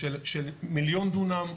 של מיליון דונם,